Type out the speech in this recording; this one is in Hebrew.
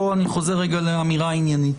אני חוזר לאמירה עניינית.